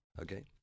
Okay